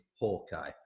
Hawkeye